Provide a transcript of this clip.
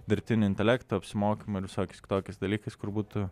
dirbtinį intelektą apsimokymo visokius kitokius dalykus kur būtų